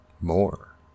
more